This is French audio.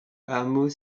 hameaux